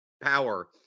power